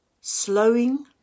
slowing